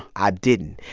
i didn't.